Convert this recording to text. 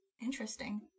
Interesting